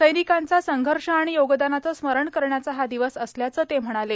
सैनिकांचा संघर्ष आणि योगदानाचं स्मरण करण्याचा हा दिवस असल्याचं ते म्हणाले